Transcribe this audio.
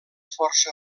força